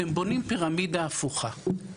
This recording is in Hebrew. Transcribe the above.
אתם בונים פירמידה הפוכה.